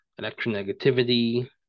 electronegativity